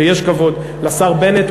ויש כבוד לשר בנט,